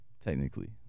Technically